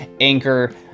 Anchor